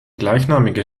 gleichnamige